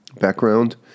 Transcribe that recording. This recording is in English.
Background